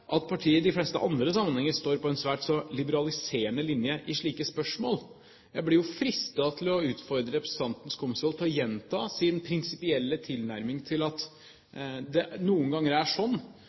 at partiet i de fleste andre sammenhenger står på en svært så liberaliserende linje i slike spørsmål. Jeg blir jo fristet til å utfordre representanten Skumsvoll til å gjenta sin prinsipielle tilnærming til at det noen ganger er sånn